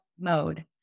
mode